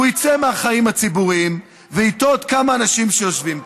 הוא יצא מהחיים הציבוריים ואיתו עוד כמה אנשים שיושבים כאן.